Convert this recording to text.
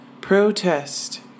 Protest